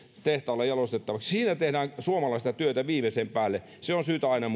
tehtaalle jalostettavaksi siinä tehdään suomalaista työtä viimeisen päälle se on syytä aina